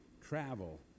travel